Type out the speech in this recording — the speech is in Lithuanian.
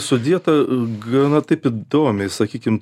sudėta gana taip įdomiai sakykim